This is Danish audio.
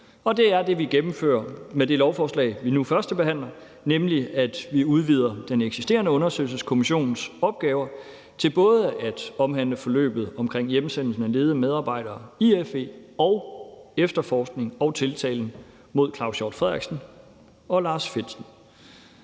det er det, vi gennemfører med det lovforslag, vi nu førstebehandler, nemlig at vi udvider den eksisterende undersøgelseskommissions opgaver til både at omhandle forløbet omkring hjemsendelsen af ledende medarbejdere i FE og efterforskningen og tiltalen mod Claus Hjort Frederiksen og Lars Findsen.